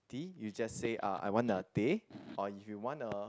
tea you just say ah I want a teh or you want a